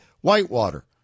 Whitewater